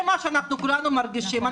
זה מה שכולנו מרגישים.